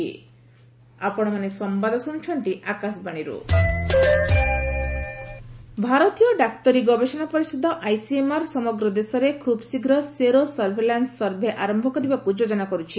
ICMR ଭାରତୀୟ ଡାକ୍ତରୀ ଗବେଷଣା ପରିଷଦ ଆଇସିଏମ୍ଆର ସମଗ୍ର ଦେଶରେ ଖୁବ୍ଶୀଘ୍ର ସେରୋ ସର୍ଭିଲାନୁ ସର୍ଭେ ଆରମ୍ଭ କରିବାକୁ ଯୋଜନା କର୍ୁଛି